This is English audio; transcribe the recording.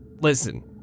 listen